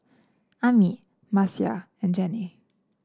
Ami Marcia and Jennie